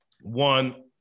one